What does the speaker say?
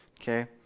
Okay